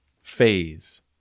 phase